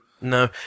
No